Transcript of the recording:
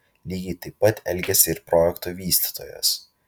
lygiai taip pat elgėsi ir projekto vystytojas